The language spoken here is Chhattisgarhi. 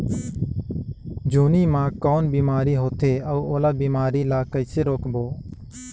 जोणी मा कौन बीमारी होथे अउ ओला बीमारी ला कइसे रोकबो?